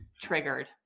triggered